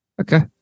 Okay